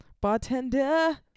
Bartender